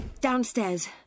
Downstairs